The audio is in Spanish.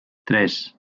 tres